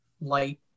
light